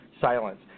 silence